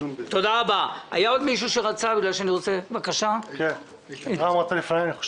אני רוצה לברך את המבקר ואת המנכ"ל הנכנס.